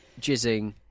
jizzing